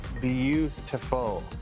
beautiful